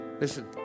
Listen